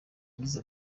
yagize